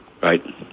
Right